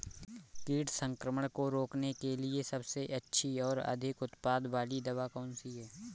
कीट संक्रमण को रोकने के लिए सबसे अच्छी और अधिक उत्पाद वाली दवा कौन सी है?